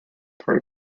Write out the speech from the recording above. part